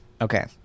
Okay